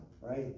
right